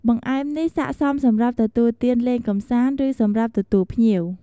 បង្អែមនេះស័ក្តិសមសម្រាប់ទទួលទានលេងកម្សាន្ត ឬសម្រាប់ទទួលភ្ញៀវ។